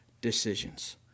decisions